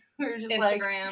Instagram